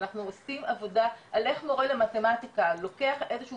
אנחנו רוצים עבודה על איך מורה למתמטיקה לוקח איזושהי